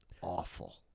awful